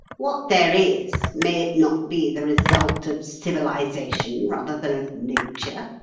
what there is, may it not be the result of civilisation rather than of nature,